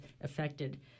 affected